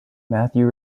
matthew